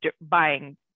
buying